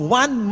one